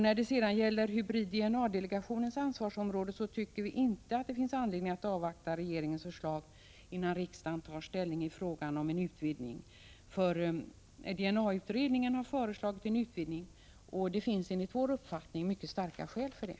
När det gäller hybrid-DNA-delegationens ansvarsområde tycker vi i centerpartiet att det inte finns anledning att avvakta regeringens förslag, innan riksdagen tar ställning i frågan om en utvidgning. DNA-utredningen har föreslagit en utvidgning, och det finns enligt vår uppfattning mycket starka skäl för det.